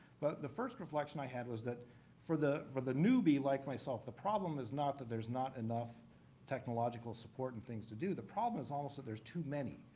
but the first reflection i have is that for the for the newbie like myself, the problem is not that there's not enough technological support and things to do. the problem is almost that there's too many.